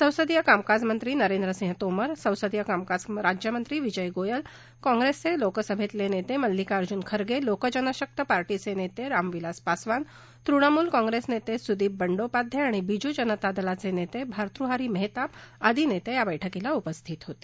संसदीय कामकाज मंत्री नरेंद्र सिंह तोमर संसदीय कामकाज राज्यमंत्री विजय गोयल काँप्रेसचे लोकसभेतले नेते मल्लिकार्जुन खरगे लोकजनशक्ती पार्टीचे नेते रामविलास पासवान तृणमूल काँप्रेस नेते सुदीप बंडोपाध्याय आणि बिजू जनता दलाचे नेते भातृहारी मेहताब आदी नेते या बैठकीला उपस्थित होते